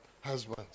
husband